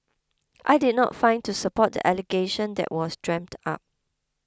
I did not find to support the allegation that was dreamt up